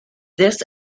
this